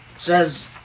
Says